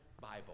Bible